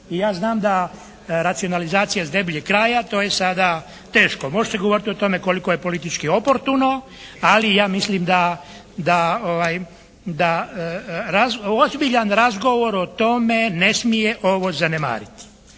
I ja znam da racionalizacija s debljeg kraja, to je sada teško. Možete govoriti o tome koliko je politički oportuno ali, ja mislim da ozbiljan razgovor o tome ne smije ovo zanemariti.